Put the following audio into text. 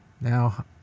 Now